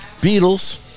Beatles